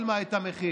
שילמה את המחיר.